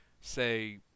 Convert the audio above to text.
say